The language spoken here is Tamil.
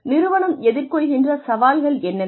நிறுவனம் எதிர்கொள்கின்ற சவால்கள் என்னென்ன